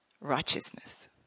righteousness